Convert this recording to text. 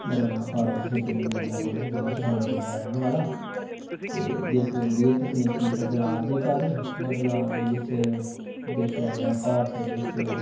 ਮੇਰਾ ਨਾਮ ਭਾਰਤ ਭੂਸ਼ਨ ਪਿੰਡ ਮਿਰਜਾਪੁਰ ਜ਼ਿਲਾ ਪਠਾਨਕੋਟ ਦਾ ਰਹਿਣ ਵਾਲਾ ਅਤੇ ਜੇ ਗਲ ਕਰੀਏ ਤਕਨੀਕੀ ਬਦਲਾਅ ਦੇ ਕਾਰਨ ਬਦਲਾਅ ਦੇ ਵਿਚ ਦੇਖਿਆ ਗਿਆ ਭਾਰਤ ਵਿੱਚ